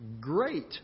great